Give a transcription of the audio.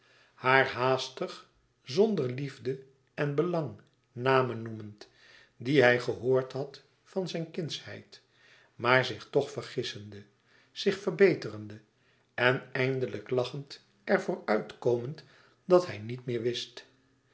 haar haastig zonder liefde en belang namen noemend die hij gehoord had van zijn kindsheid maar zich toch vergissende zich verbeterende en eindelijk lachend er voor uitkomend dat hij niet meer wist